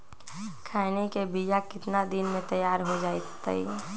खैनी के बिया कितना दिन मे तैयार हो जताइए?